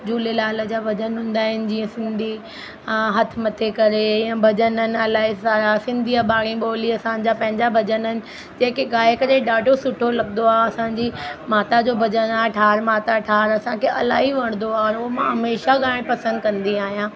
झूलेलाल जा भॼन हूंदा आहिनि जीअं सिंधी हथ मथे करे भॼन आहिनि इलाही सिंधी अबाणी ॿोली असांजा पंहिंजा भॼन आहिनि जेके गाए करे ॾाढो सुठो लॻदो आहे असांजी माता जो भॼन आहे ठार माता ठार असांखे इलाही वणदो आहे हो मां हमेशह गाइण पसंदि कंदी आहियां